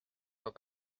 vois